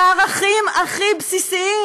זה הערכים הכי בסיסיים,